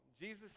Jesus